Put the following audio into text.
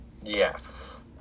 Yes